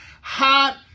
hot